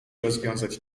rozwiązać